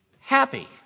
happy